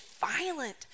violent